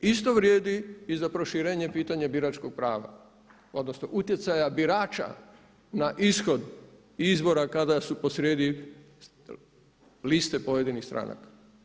Isto vrijedi i za proširenje pitanja biračkog prava odnosno utjecaja birača na ishod izbora kada su posrijedi liste pojedinih stranaka.